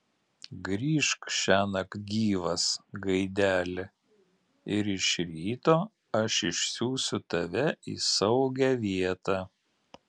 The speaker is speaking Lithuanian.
grįžk šiąnakt gyvas gaideli ir iš ryto aš išsiųsiu tave į saugią vietą